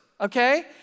okay